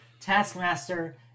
Taskmaster